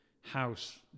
house